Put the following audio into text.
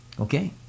Okay